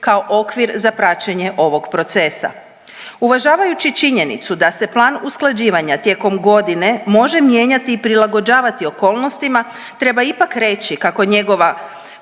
kao okvir za praćenje ovog procesa. Uvažavajući činjenicu da se plan usklađivanja tijekom godine može mijenjati i prilagođavati okolnostima treba ipak reći kako njegova